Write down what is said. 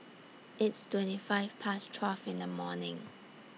its twenty five Past twelve in The afternoon